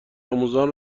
آموزان